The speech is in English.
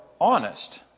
honest